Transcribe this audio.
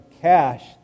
cash